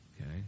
okay